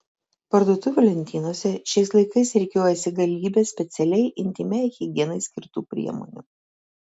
parduotuvių lentynose šiais laikais rikiuojasi galybė specialiai intymiai higienai skirtų priemonių